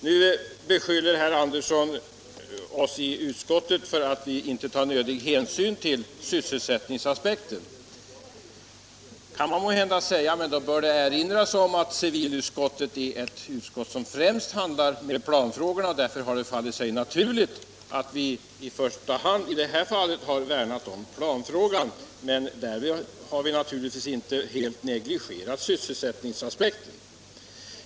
Nu beskyller herr Andersson i Lycksele oss i utskottet för att vi inte tar nödig hänsyn till sysselsättningsaspekten. Det kan man måhända säga, men då bör det erinras om att civilutskottet främst handlägger planfrågorna. Därför har det fallit sig naturligt att vi i första hand i detta fall har värnat om planfrågan. Men därför har vi naturligtvis inte helt negligerat sysselsättningsaspekten.